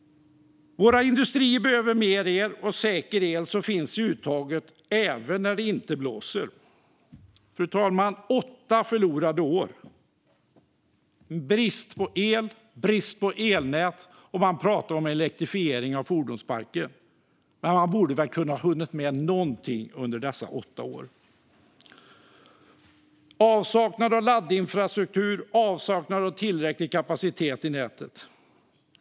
Våra industrier behöver mer el och säker el som finns i uttaget även när det inte blåser. Fru talman! Åtta förlorade år. Brist på el, brist på elnät. Man pratar om elektrifiering av fordonsparken, men man borde väl ha hunnit med någonting under dessa åtta år. Avsaknad av laddinfrastruktur. Avsaknad av tillräcklig kapacitet i nätet.